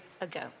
ago